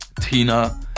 tina